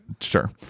sure